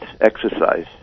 exercise